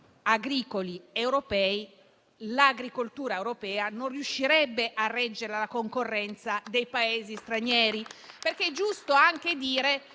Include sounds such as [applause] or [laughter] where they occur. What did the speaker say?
agricoli europei l'agricoltura europea non riuscirebbe a reggere la concorrenza dei Paesi stranieri, [applause] perché è giusto anche dire